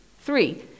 Three